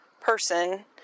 person